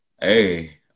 hey